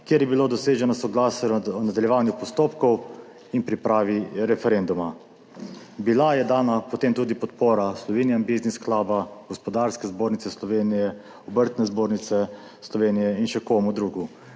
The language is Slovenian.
kjer je bilo doseženo soglasje o nadaljevanju postopkov in pripravi referenduma. Potem je bila dana tudi podpora Slovenian Business Club, Gospodarske zbornice Slovenije, Obrtne zbornice Slovenije in še koga drugega.